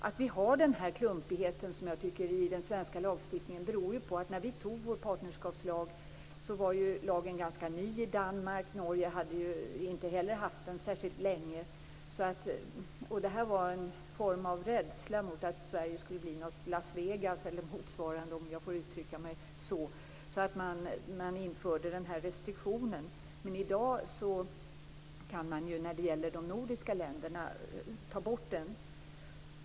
Att vi har den här - som jag tycker - klumpigheten i den svenska lagstiftningen beror på att när vi antog partnerskapslagen i Sverige var den ganska ny i Danmark, och Norge hade inte heller haft den särskilt länge. Detta var en form av rädsla för att Sverige skulle bli ett Las Vegas eller motsvarande, om jag får uttrycka mig så. Man införde därför den här restriktionen. I dag kan man ta bort den när det gäller de nordiska länderna.